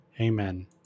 Amen